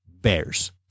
bears